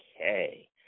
Okay